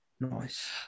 nice